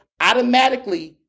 Automatically